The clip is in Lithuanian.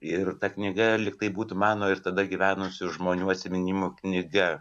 ir ta knyga lyg tai būtų mano ir tada gyvenusių žmonių atsiminimų knyga